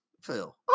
Phil